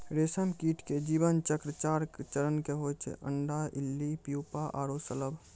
रेशम कीट के जीवन चक्र चार चरण के होय छै अंडा, इल्ली, प्यूपा आरो शलभ